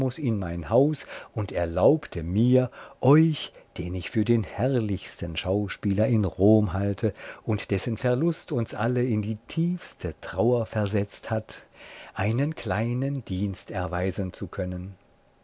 in mein haus und erlaubte mir euch den ich für den herrlichsten schauspieler in rom halte und dessen verlust uns alle in die tiefste trauer versetzt hat einen kleinen dienst erweisen zu können